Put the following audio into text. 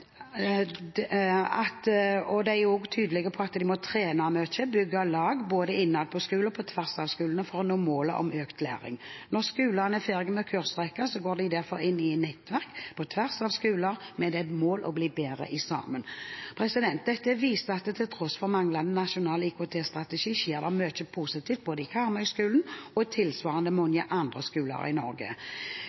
er også tydelige på at de må trene mye og bygge lag, både innad på skolene og på tvers av skolene, for å nå målet om økt læring. Når skolene er ferdige med kursrekken, går de derfor inn i et nettverk på tvers av skoler med det målet å bli bedre sammen. Dette viser at det til tross for en manglende nasjonal IKT-strategi skjer mye positivt både i Karmøy-skolen og tilsvarende i mange andre skoler i Norge.